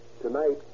Tonight